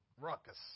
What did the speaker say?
ruckus